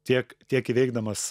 tiek tiek įveikdamas